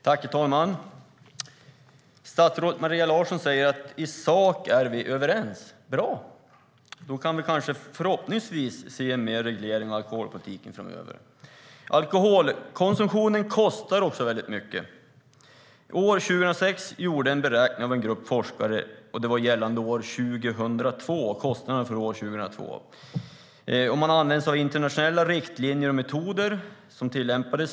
Herr talman! Statsrådet Maria Larsson säger att vi är överens i sak. Bra! Då får vi förhoppningsvis se mer av reglering av alkoholpolitiken framöver. Alkoholkonsumtionen kostar väldigt mycket. År 2006 gjordes en beräkning av en grupp forskare gällande kostnaderna för år 2002. Man tillämpade internationella riktlinjer och metoder.